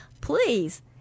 please